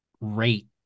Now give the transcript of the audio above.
rate